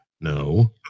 No